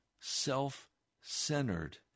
self-centered